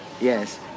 Yes